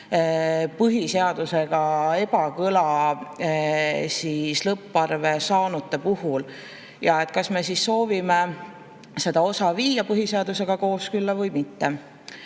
põhiseaduse ebakõla lõpparve saanute puhul: kas me soovime selle osa viia põhiseadusega kooskõlla või mitte.